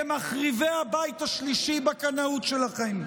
כמחריבי הבית השלישי בקנאות שלכם.